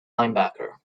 linebacker